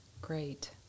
Great